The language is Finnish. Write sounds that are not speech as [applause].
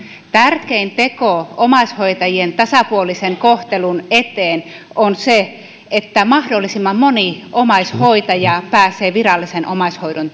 tärkein teko omaishoitajien tasapuolisen kohtelun eteen on se että mahdollisimman moni omaishoitaja pääsee virallisen omaishoidon [unintelligible]